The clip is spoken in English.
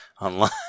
online